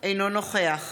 אינו נוכח